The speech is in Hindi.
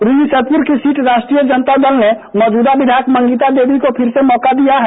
रुन्नी सैदपुर की सीट राष्ट्रीय जनता दल ने मौजूदा विधायक मंगिता देवी को फिर से मौका दिया है